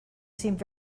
seemed